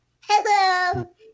Hello